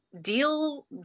deal